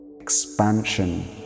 expansion